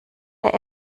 der